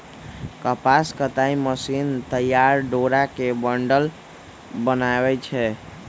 कपास कताई मशीन तइयार डोरा के बंडल बनबै छइ